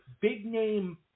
big-name